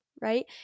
right